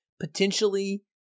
potentially